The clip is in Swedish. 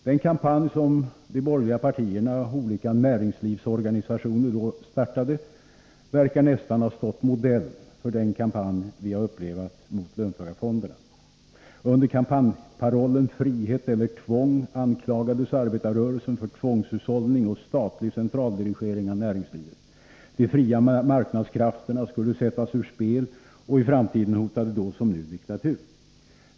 Den kampanj som de borgerliga partierna och olika näringslivsorganisationer då startade verkar nästan ha stått modell för den kampanj vi har upplevat mot löntagarfonderna. Under kampanjparollen ”Frihet eller tvång” anklagades arbetarrörelsen för tvångshushållning och statlig centraldirigering av näringslivet. De fria marknadskrafterna skulle sättas ur spel, och i framtiden hotade då som nu diktatur.